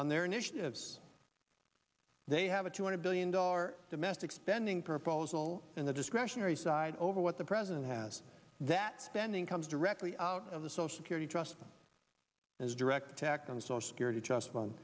on their initiatives they have a two hundred billion dollar domestic spending proposal in the discretionary side over what the president has that spending comes directly out of the social purity trust as a direct attack on the social security trust